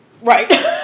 right